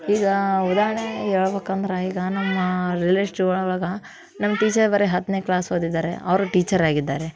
ಈಗ ಉದಾಹರಣೆ ಹೇಳ್ಬೇಕಂದ್ರೆ ಈಗ ನಮ್ಮ ಒಳಗೆ ನಮ್ಮ ಟೀಚರ್ ಬರೀ ಹತ್ತನೇ ಕ್ಲಾಸ್ ಓದಿದ್ದಾರೆ ಅವರು ಟೀಚರ್ ಆಗಿದ್ದಾರೆ